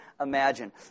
imagine